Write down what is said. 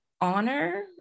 honor